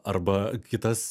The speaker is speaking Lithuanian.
arba kitas